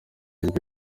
ijwi